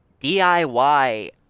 DIY